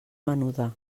menuda